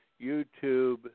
YouTube